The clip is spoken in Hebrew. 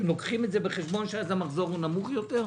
אתם לוקחים בחשבון שאז המחזור נמוך יותר?